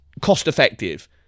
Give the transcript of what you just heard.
cost-effective